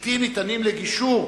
בלתי ניתנים לגישור,